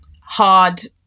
hard